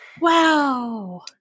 wow